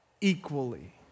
equally